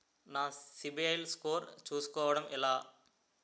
నా సిబిఐఎల్ స్కోర్ చుస్కోవడం ఎలా?